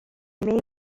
may